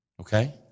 Okay